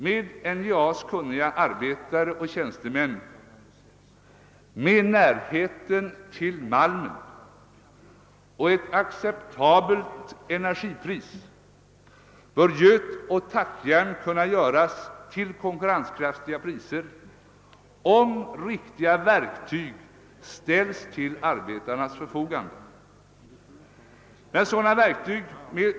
Med NJA:s kunniga arbetare och tjänstemän, med närheten till malmen och med ett acceptabelt energipris, bör göt och tackjärn kunna göras till konkurrenskraftiga priser, om riktiga verktyg ställs till arbetarnas förfogande.